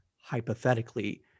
hypothetically